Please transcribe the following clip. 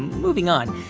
moving on,